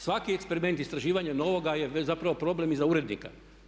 Svaki eksperiment, istraživanje novoga je već zapravo problem i za urednika.